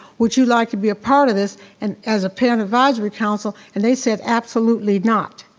would you like to be a part of this and as a parent advisory council? and they said, absolutely not.